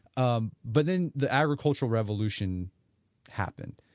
um but then the agricultural revolution happened.